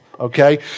Okay